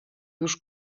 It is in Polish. już